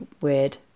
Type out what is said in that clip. weird